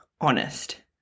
honest